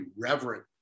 reverent